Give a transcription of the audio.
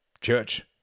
church